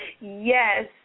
yes